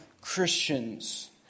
Christians